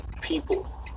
people